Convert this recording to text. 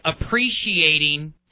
appreciating